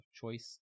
choice